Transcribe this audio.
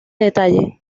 detalle